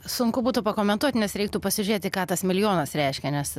sunku būtų pakomentuot nes reiktų pasižėti ką tas milijonas reiškia nes